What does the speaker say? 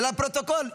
זה לפרוטוקול.